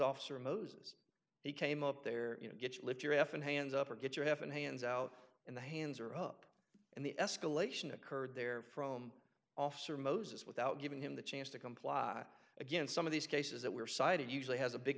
officer moses he came up there you know get lift your f and hands up or get your half and hands out in the hands or up and the escalation occurred there from officer moses without giving him the chance to comply again some of these cases that were cited usually has a big